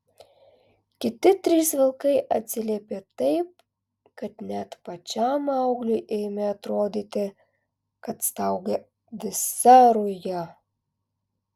kiti trys vilkai atsiliepė taip kad net pačiam maugliui ėmė atrodyti kad staugia visa ruja